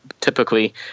Typically